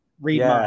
Read